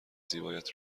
زیبایت